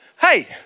Hey